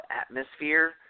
atmosphere